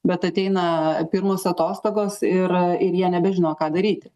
bet ateina pirmos atostogos ir ir jie nebežino ką daryti